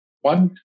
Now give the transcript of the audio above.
one